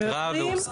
והוא נקרא והוסכם.